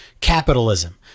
capitalism